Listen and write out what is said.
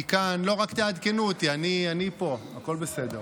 רק תעדכנו, אני פה, הכול בסדר.